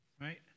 right